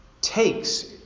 takes